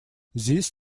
this